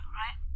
right